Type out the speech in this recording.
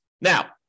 Now